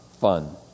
fun